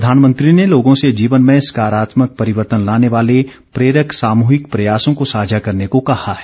प्रधानमंत्री ने लोगों से जीवन में सकारात्मक परिवर्तन लाने वाले प्रेरक सामूहिक प्रयासों को साझा करने को कहा है